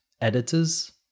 editors